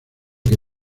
que